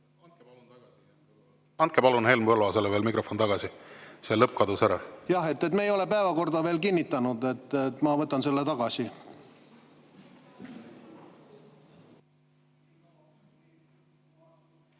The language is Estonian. Andke palun Henn Põlluaasale veel mikrofon tagasi. See lõpp kadus ära. Jah! Me ei ole päevakorda veel kinnitanud. Ma võtan selle tagasi.